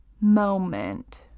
moment